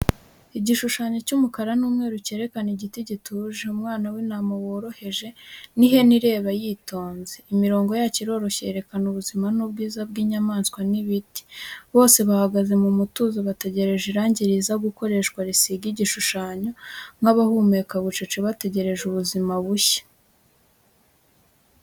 Igishushanyo cy’umukara n’umweru cyerekana igiti gituje, umwana w’intama woroheje, n’ihene ireba yitonze. Imirongo yacyo iroroshye, yerekana ubuzima n’ubwiza bw'inyamanswa n'ibiti. Bose bahagaze mu mutuzo, bategereje irangi riza gukoreshwa risiga igishushanyo, nk’abahumeka bucece bategereje ubuzima bushya.